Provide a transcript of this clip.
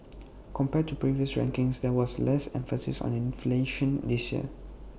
compared to previous rankings there was less emphasis on inflation this year